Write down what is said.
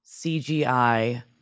CGI